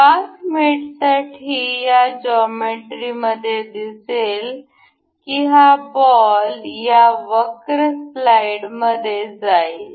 path मेटसाठी या जॉमेट्रीमध्ये दिसेल की हा बॉल या वक्र स्लाइडमध्ये जाईल